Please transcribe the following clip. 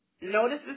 notice